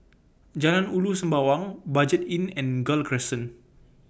Jalan Ulu Sembawang Budget Inn and Gul Crescent